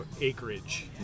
acreage